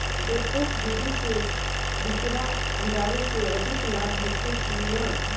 डेपोक विधि से बिचड़ा गिरावे से अधिक लाभ होखे की न?